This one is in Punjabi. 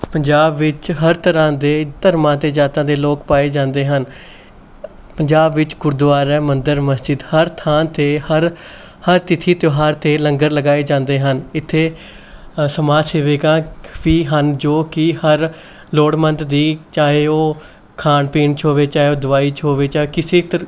ਪੰਜਾਬ ਵਿੱਚ ਹਰ ਤਰ੍ਹਾਂ ਦੇ ਧਰਮਾਂ ਅਤੇ ਜਾਤਾਂ ਦੇ ਲੋਕ ਪਾਏ ਜਾਂਦੇ ਹਨ ਪੰਜਾਬ ਵਿੱਚ ਗੁਰਦੁਆਰਾ ਮੰਦਰ ਮਸਜਿਦ ਹਰ ਥਾਂ 'ਤੇ ਹਰ ਹਰ ਤਿਥੀ ਤਿਉਹਾਰ 'ਤੇ ਲੰਗਰ ਲਗਾਏ ਜਾਂਦੇ ਹਨ ਇੱਥੇ ਸਮਾਜ ਸੇਵਿਕਾ ਵੀ ਹਨ ਜੋ ਕਿ ਹਰ ਲੋੜਵੰਦ ਦੀ ਚਾਹੇ ਉਹ ਖਾਣ ਪੀਣ 'ਚ ਹੋਵੇ ਚਾਹੇ ਉਹ ਦਵਾਈ 'ਚ ਹੋਵੇ ਚਾਹੇ ਕਿਸੀ ਤਰ